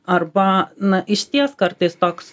arba na išties kartais toks